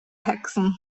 hexen